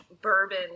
bourbon